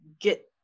get